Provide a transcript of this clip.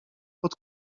pod